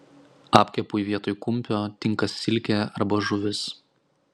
apkepui vietoj kumpio tinka silkė arba žuvis